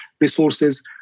resources